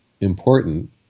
important